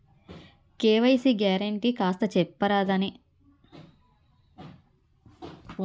KYC guarantee కాస్త చెప్తారాదాని వల్ల ఉపయోగం ఎంటి?